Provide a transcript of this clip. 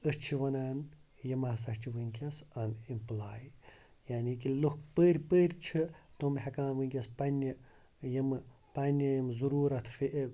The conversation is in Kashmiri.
أسۍ چھِ وَنان یِم ہَسا چھِ وٕنکٮ۪س اَن امپلاے یعنی کہِ لُکھ پٔرۍ پٔرۍ چھِ تم ہٮ۪کان وٕنکٮ۪س پنٛنہِ یِمہٕ پَنٛنہِ یِم ضٔروٗرت